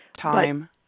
Time